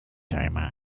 timer